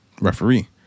referee